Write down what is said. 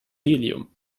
helium